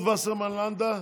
חברת הכנסת רות וסרמן לנדָה.